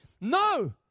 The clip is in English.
No